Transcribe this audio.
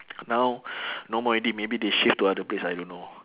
now no more already maybe they shift to other place I don't know